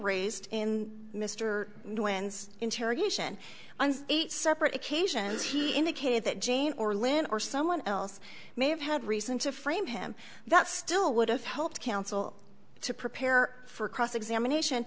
raised in mr owens interrogation on eight separate occasions he indicated that jean or lynn or someone else may have had reason to frame him that still would have helped counsel to prepare for cross examination